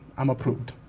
i'm approved.